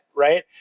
right